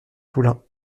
poulin